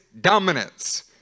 dominance